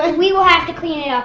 and we will have to clean it